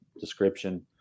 description